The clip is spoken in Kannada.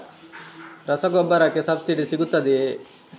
ರಸಗೊಬ್ಬರಕ್ಕೆ ಸಬ್ಸಿಡಿ ಸಿಗುತ್ತದೆಯೇ?